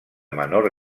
menor